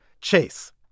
Chase